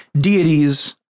deities